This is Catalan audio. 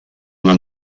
una